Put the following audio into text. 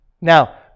Now